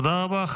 תודה רבה.